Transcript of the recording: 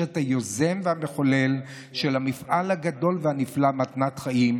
את היוזם והמחולל של המפעל הגדול והנפלא "מתנת חיים",